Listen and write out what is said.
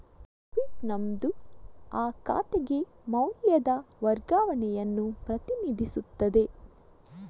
debit ನಮೂದು ಆ ಖಾತೆಗೆ ಮೌಲ್ಯದ ವರ್ಗಾವಣೆಯನ್ನು ಪ್ರತಿನಿಧಿಸುತ್ತದೆ